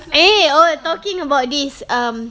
eh I talking about this um